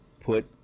put